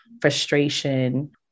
frustration